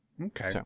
Okay